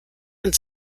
and